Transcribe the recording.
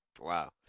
Wow